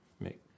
make